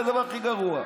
זה הדבר הכי גרוע.